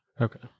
Okay